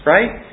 Right